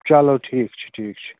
چلو ٹھیٖک چھُ ٹھیٖک چھُ